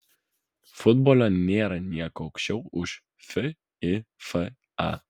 futbole nėra nieko aukščiau už fifa